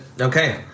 Okay